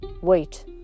Wait